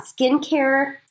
skincare